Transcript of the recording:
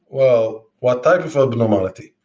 well, what type of abnormality?